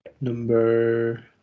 number